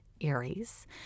Aries